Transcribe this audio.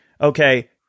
Okay